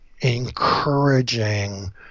encouraging